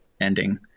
ending